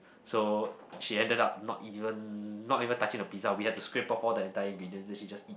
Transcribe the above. so she ended up not even not even touching the pizza we had to scrape off all the entire ingredients then she just eat